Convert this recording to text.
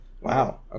Wow